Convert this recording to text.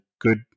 good